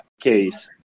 case